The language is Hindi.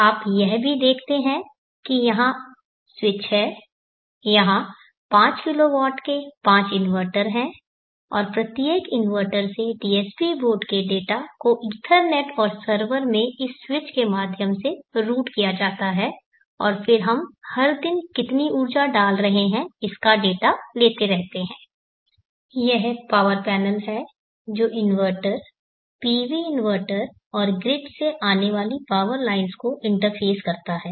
आप यह भी देखते हैं कि यहां स्विच है यहां 5 किलोवाट में पांच इन्वर्टर हैं और प्रत्येक इन्वर्टर से DSP बोर्ड के डेटा को ईथरनेट और सर्वर में इस स्विच के माध्यम से रूट किया जाता है और फिर हम हर दिन कितनी ऊर्जा डाल रहे हैं इसका डेटा लेते रहते हैं यह पावर पैनल है जो इन्वर्टर PV इन्वर्टर और ग्रिड से आने वाली पावर लाइन्स को इंटरफेस करता है